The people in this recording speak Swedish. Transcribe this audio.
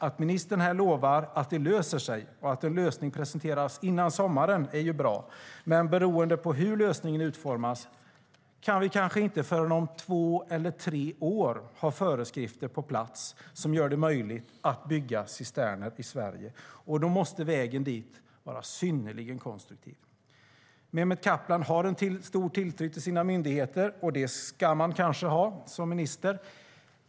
Att ministern här lovar att det löser sig och att en lösning presenteras före sommaren är bra, men beroende på hur lösningen utformas kan vi kanske inte förrän om två eller tre år ha föreskrifter på plats som gör det möjligt att bygga cisterner i Sverige. Då måste vägen dit vara synnerligen konstruktiv. Mehmet Kaplan har en stor tilltro till sina myndigheter. Det ska man kanske ha som minister.